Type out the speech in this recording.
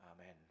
Amen